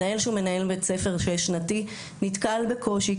מנהל בית ספר שש שנתי, נתקל בקושי.